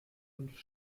fünf